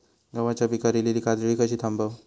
गव्हाच्या पिकार इलीली काजळी कशी थांबव?